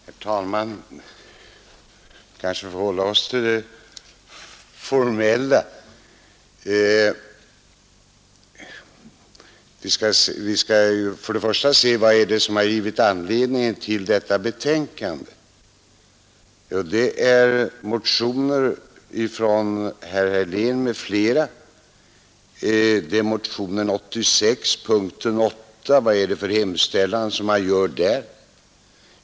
Herr talman! Kanske vi får hålla oss till det formella. Vi bör se vad som givit anledning till detta betänkande. Det är bl.a. motionen 86 p. 8 av herr Helén m.fl. Vilken hemställan gör man i denna?